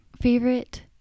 favorite